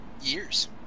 years